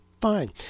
fine